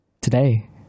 today